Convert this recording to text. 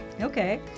Okay